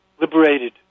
liberated